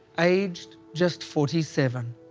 aged just forty seven.